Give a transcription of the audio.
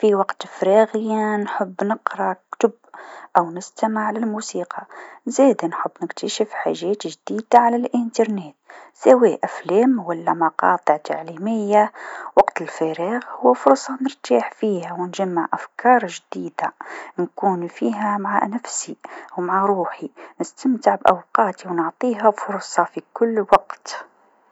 في وقت فراغي نحب نقرأ كتب أو نستمع للموسيقى، زادا نحب نكتشف حاجات جديده على الإنترنت سواء أفلام و لا مقاطع تعليميه، وقت الفراغ هو فرصه نرتاح فيها و نجمع أفكار جديده نكون فيها مع نفسي و مع روحي، نستمتع بأوقاتي و نعطيها فرصه في كل وقت.